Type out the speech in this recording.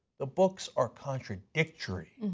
the books are contradictory.